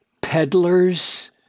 peddlers